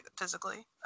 physically